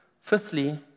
Fifthly